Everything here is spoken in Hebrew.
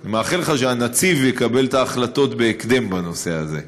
אני מאחל לך שהנציב יקבל את ההחלטות בנושא הזה בהקדם.